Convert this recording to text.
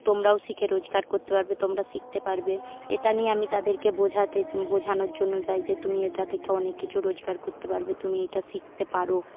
তোমারাও শিখে রোজগার করতে পারবে তোমরা শিখতে পারবে এটা নিয়ে আমি তাদেরকে বোঝাতে বোঝানোর জন্য যাই যে তুমি এটা থেকে অনেক কিছু রোজগার করতে পারবে তুমি এটা শিখতে পারো